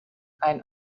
ein